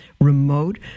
Remote